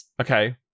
Okay